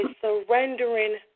surrendering